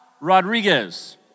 Rodriguez